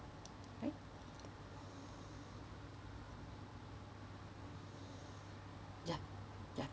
alright ya ya